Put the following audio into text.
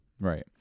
Right